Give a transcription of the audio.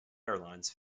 airlines